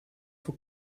for